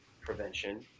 prevention